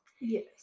Yes